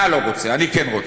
אתה לא רוצה, אני כן רוצה.